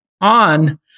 On